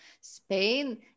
Spain